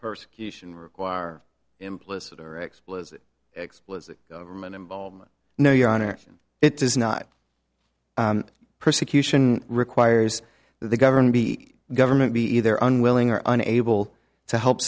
persecution require implicit or explicit explicit government involvement no your honor it does not persecution requires the government be government be either unwilling or unable to help